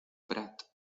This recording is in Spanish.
prat